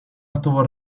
obtuvo